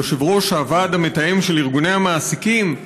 יושב-ראש הוועד המתאם של ארגוני המעסיקים: